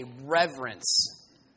reverence